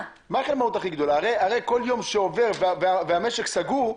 הרי כל יום שעובר והמשק סגור,